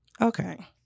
okay